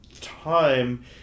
time